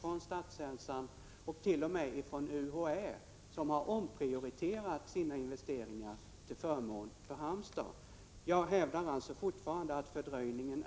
Det som nu behövs är att statsmakterna medverkar till att universitetet får möjlighet att ge kommunen omedelbart klartecken till den mycket angelägna förhyrningen.